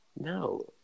No